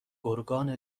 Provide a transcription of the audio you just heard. گرگان